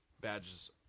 Badge's